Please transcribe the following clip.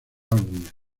álbumes